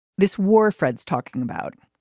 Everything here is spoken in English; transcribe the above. this war fred's talking about.